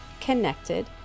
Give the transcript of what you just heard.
connected